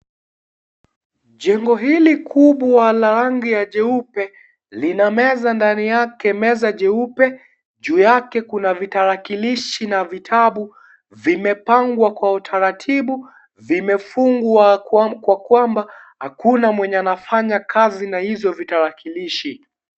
Jengo hili kubwa la rangi ya jeupe, lina meza ndani yake meza jeupe juu yake kuna vitarakilishi na vitabu, vimepangwa kwa utaratibu, vimefungwa kwa kwamba hakuna mwenye anafanya kazi na hizo vitarakilishi.